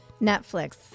netflix